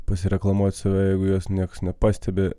pasireklamuotisave jeigi juos niekas nepastebi